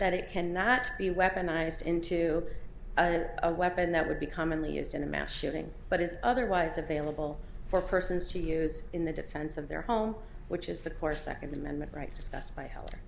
that it cannot be weaponized into a weapon that would be commonly used in a mass shooting but is otherwise available for persons to use in the defense of their home which is the core second amendment right to specify h